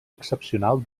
excepcional